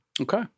Okay